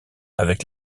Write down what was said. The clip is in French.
avec